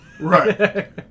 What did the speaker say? right